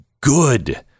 good